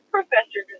Professor